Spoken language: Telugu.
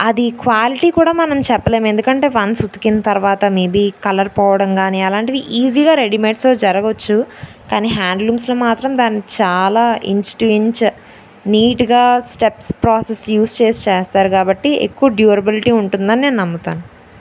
అది క్వాలిటీ కూడా మనం చెప్పలేము ఎందుకంటే వన్స్ ఉతికిన మేబీ కలర్ పోవడం కానీ అలాంటివి ఈజీగా రెడీమేడ్స్లో జరగవచ్చు కానీ హ్యాండ్లూమ్స్లో మాత్రం దాన్ని చాలా ఇంచ్ టు ఇంచ్ నీటుగా స్టెప్స్ ప్రోసెస్ యూజ్ చేసి చేస్తారు కాబట్టి ఎక్కువ డ్యూరబులటీ ఉంటుందని నేను నమ్ముతాను